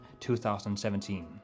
2017